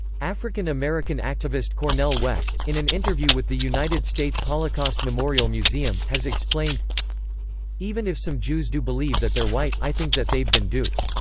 african-american activist cornel west, in an interview with the united states holocaust memorial museum, has explained even if some jews do believe that they're white, i think that they've been duped.